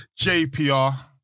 JPR